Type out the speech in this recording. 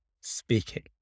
speaking